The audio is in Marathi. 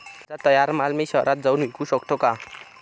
माझा तयार माल मी शहरात जाऊन विकू शकतो का?